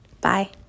Bye